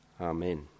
Amen